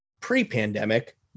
pre-pandemic